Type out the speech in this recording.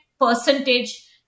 percentage